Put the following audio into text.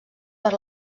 per